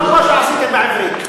לא כמו שעשיתם בעברית.